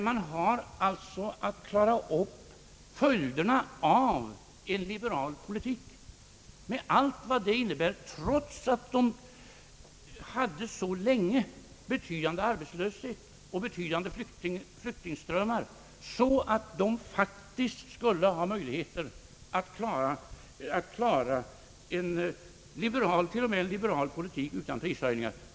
Man har nu att klara upp följderna av en liberal politik med allt vad det innebär, trots att man så länge hade betydande arbetslöshet och betydande flyktingströmmar att man faktiskt skulle ha haft möjligheter att klarat.o.m. en liberal politik utan prishöjningar.